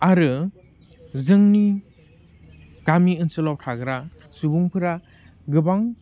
आरो जोंनि गामि ओनसोलाव थाग्रा सुबुंफोरा गोबां